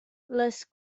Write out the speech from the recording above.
les